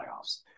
playoffs